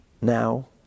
now